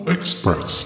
Express